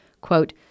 Quote